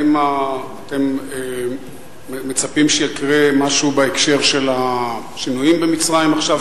האם מצפים שיקרה משהו בהקשר של השינויים במצרים עכשיו,